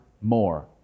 more